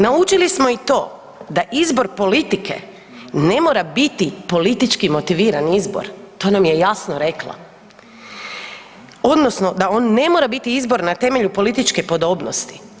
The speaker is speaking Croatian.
Naučili smo i to da izbor politike ne mora biti politički motiviran izbor, to nam je jasno rekla, odnosno da on ne mora biti izbor na temelju političke podobnosti.